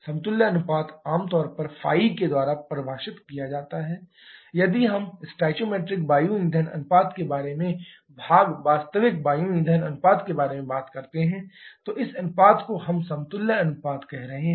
समतुल्य अनुपात आमतौर पर ϕ के द्वारा परिभाषित किया गया है Equivalence ratio Stoichiometric AF ratioActual AF ratio यदि हम स्टोइकोमेट्रिक वायु ईंधन अनुपात के बारे में भाग वास्तविक वायु ईंधन अनुपात के बारे में बात कर रहे हैं तो इस अनुपात को हम समतुल्य अनुपात कह रहे हैं